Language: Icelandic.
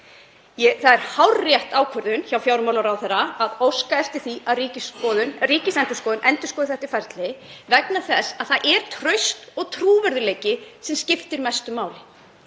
Það er hárrétt ákvörðun hjá fjármálaráðherra að óska eftir því að Ríkisendurskoðun endurskoði þetta ferli vegna þess að það er traust og trúverðugleiki sem skiptir mestu máli.